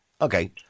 okay